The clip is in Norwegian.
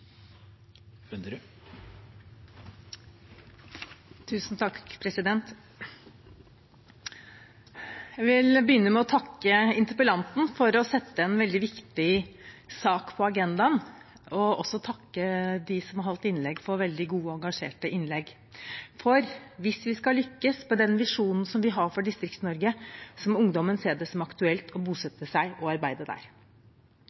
Jeg vil begynne med å takke interpellanten for å sette en veldig viktig sak på agendaen, og jeg vil også takke dem som har holdt innlegg, for veldig gode og engasjerte innlegg. For hvis vi skal lykkes med den visjonen som vi har for Distrikts-Norge, må ungdommen se det som aktuelt å bosette seg og arbeide der.